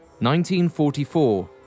1944